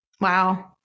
Wow